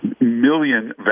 million